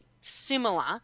similar